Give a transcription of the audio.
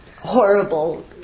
horrible